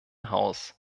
haus